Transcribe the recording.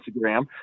Instagram